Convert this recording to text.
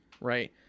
right